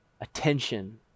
attention